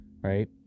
right